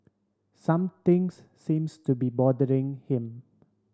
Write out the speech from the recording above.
something's seems to be bothering him